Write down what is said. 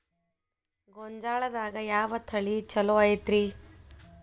ಗೊಂಜಾಳದಾಗ ಯಾವ ತಳಿ ಛಲೋ ಐತ್ರಿ?